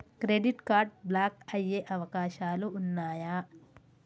Credit card block అయ్యే అవకాశాలు ఉన్నయా?